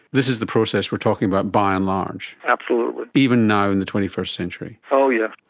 this is the process we are talking about, by and large. absolutely. even now in the twenty first century. oh yes.